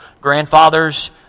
Grandfathers